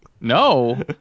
No